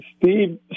Steve